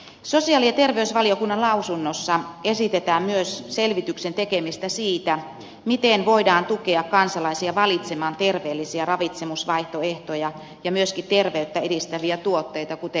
sosiaali ja terveysvaliokunnan lausunnossa esitetään myös selvityksen tekemistä siitä miten voidaan tukea kansalaisia valitsemaan terveellisiä ravitsemusvaihtoehtoja ja myöskin terveyttä edistäviä tuotteita kuten esimerkiksi ksylitolituotteita